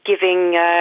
giving